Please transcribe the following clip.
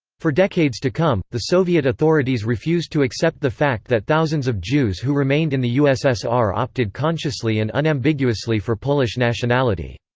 for decades to come, the soviet authorities refused to accept the fact that thousands of jews who remained in the ussr opted consciously and unambiguously for polish nationality.